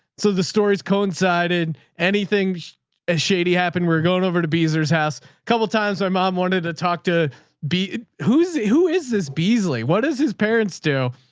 so the stories coincided anything as shady happened. we were going over to beasley's house. couple of times our mom wanted to talk to b who's. who is this beasley? what is his parents do?